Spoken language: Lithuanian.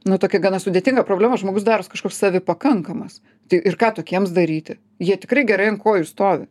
nu tokia gana sudėtinga problema žmogus daros kažkoks savipakankamas tai ir ką tokiems daryti jie tikrai gerai ant kojų stovi